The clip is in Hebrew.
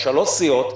או שלוש סיעות,